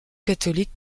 catholique